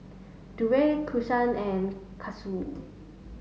Burdette Keshaun and Cassius